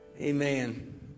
Amen